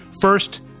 First